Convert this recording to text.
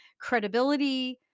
credibility